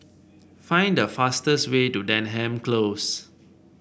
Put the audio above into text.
find the fastest way to Denham Close